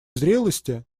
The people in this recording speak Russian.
зрелости